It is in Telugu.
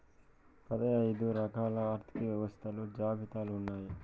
పదైదు రకాల ఆర్థిక వ్యవస్థలు జాబితాలు ఉన్నాయి